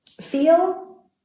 feel